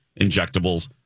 Injectables